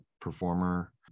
performer